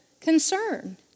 concern